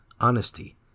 honesty